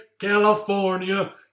California